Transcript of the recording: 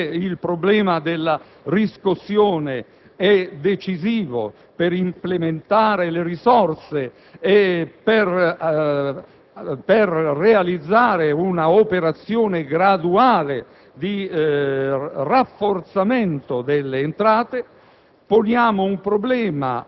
i poteri, perché il problema della riscossione è decisivo per implementare le risorse e per realizzare un'operazione graduale di rafforzamento delle entrate.